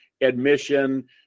admission